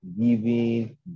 Giving